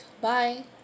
Bye